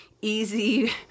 easy